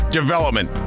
development